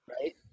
right